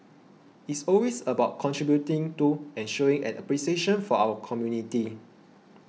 it's always about contributing to and showing an appreciation for our community